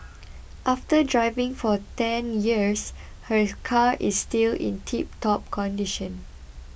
after driving for ten years her car is still in tiptop condition